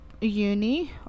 Uni